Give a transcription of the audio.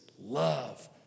love